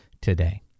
today